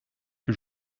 que